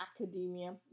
academia